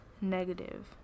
negative